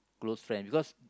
close friend because